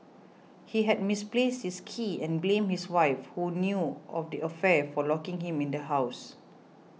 he had misplaced his keys and blamed his wife who knew of the affair for locking him in the house